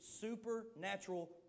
supernatural